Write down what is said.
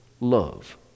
love